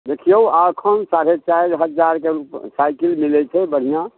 देखियौ एखन साढ़े चारि हजारके साईकिल मिलै छै बढ़िआँ